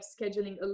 scheduling